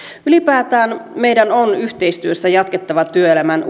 ylipäätään meidän on yhteistyössä jatkettava työelämän